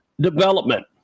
development